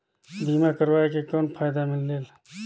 बीमा करवाय के कौन फाइदा मिलेल?